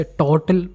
total